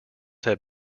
have